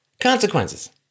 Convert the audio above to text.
Consequences